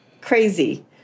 crazy